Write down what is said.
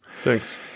Thanks